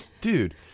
Dude